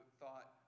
thought